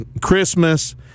Christmas